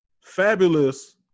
Fabulous